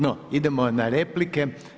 No, idemo na replike.